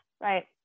right